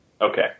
okay